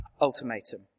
ultimatum